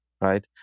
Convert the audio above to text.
right